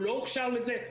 הוא לא הוכשר לזה,